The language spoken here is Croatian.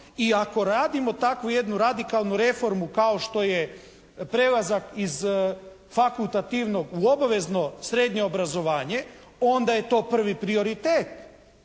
I ako radimo takvu jednu radikalnu reformu kao što je prelazak iz fakultativnog u obavezno srednje obrazovanje onda je to prvi prioritet.